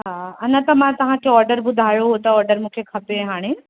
हा अञा त मां तव्हांखे ऑर्डर ॿुधायो हो त ऑर्डर मूंखे खपे हाणे